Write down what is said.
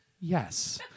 yes